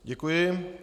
Děkuji.